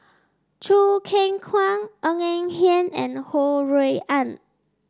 Choo Keng Kwang Ng Eng Hen and Ho Rui An